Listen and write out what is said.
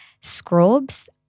Scrubs